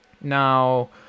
Now